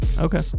okay